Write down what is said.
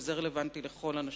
דבר שהוא רלוונטי לכל הנשים,